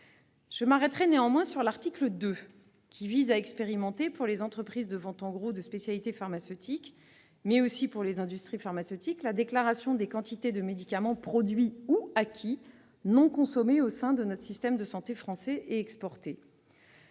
Je m'arrêterai néanmoins sur l'article 2, qui vise à expérimenter, pour les entreprises de vente en gros de spécialités pharmaceutiques, mais aussi pour les industries pharmaceutiques, la déclaration des quantités de médicaments produits ou acquis, non consommés au sein du système de santé français et exportés.